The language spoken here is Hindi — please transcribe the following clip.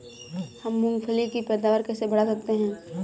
हम मूंगफली की पैदावार कैसे बढ़ा सकते हैं?